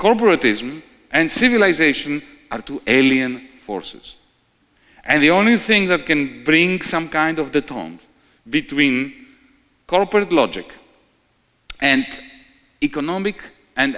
corporatism and civilization are too alien forces and the only thing that can bring some kind of the tone between co operative logic and economic and